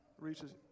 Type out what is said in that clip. reaches